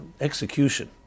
execution